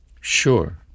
Sure